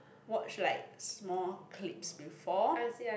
watch like small clips before